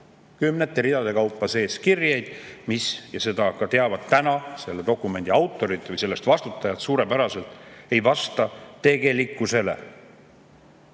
kümnete ridade kaupa sees kirjeid, mis – seda teavad selle dokumendi autorid või selle eest vastutajad suurepäraselt – ei vasta tegelikkusele.